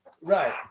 Right